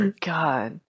God